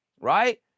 right